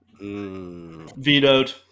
vetoed